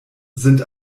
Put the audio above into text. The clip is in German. sind